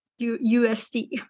USD